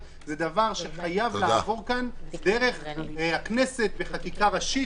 זה דבר שחייב לעבור דרך הכנסת בחקיקה ראשית.